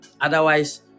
Otherwise